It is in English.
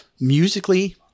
musically –